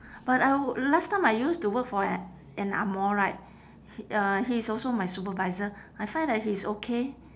but I last time I used to work for a~ an angmoh right uh he is also my supervisor I find that he is okay